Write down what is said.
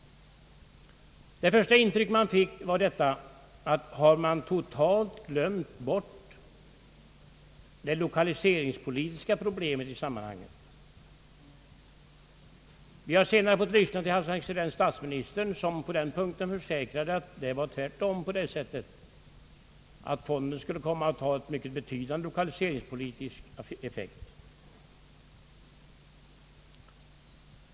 Det första intryck man fick var detta: Har de lokaliseringspolitiska problemen blivit totalt bortglömda i sammanhanget? Vi har senare fått lyssna till hans excellens herr statsministern som på den punkten försäkrade att fonden tvärtom skulle komma att få en mycket betydande lokaliseringspolitisk effekt.